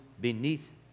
beneath